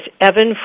Evan